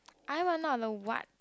I want on the what